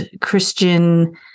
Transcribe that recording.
Christian